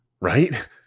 right